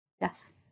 Yes